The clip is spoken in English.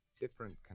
different